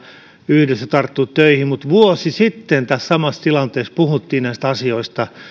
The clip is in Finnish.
yhdessä tarttua töihin mutta vuosi sitten tässä samassa tilanteessa puhuttiin näistä asioista